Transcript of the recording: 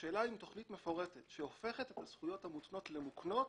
השאלה אם בתכנית מפורטת שהופכת את הזכויות המותנות למוקנות